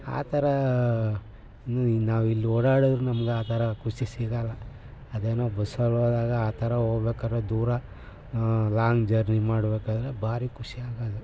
ಆ ಥರ ನೀ ನಾವಿಲ್ಲಿ ಓಡಾಡಿದ್ರೆ ನಮ್ಗೆ ಆ ಥರ ಖುಷಿ ಸಿಗೋಲ್ಲ ಅದೇನೋ ಬಸ್ಸಲ್ಲೋದಾಗ ಆ ಥರ ಹೋಗ್ಬೇಕಾದ್ರೆ ದೂರ ಲಾಂಗ್ ಜರ್ನಿ ಮಾಡಬೇಕಾದ್ರೆ ಭಾರಿ ಖುಷಿಯಾಗೋದು